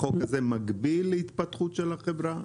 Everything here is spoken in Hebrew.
החוק הזה מקביל להתפתחות של החברה?